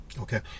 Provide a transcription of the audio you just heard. Okay